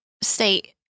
state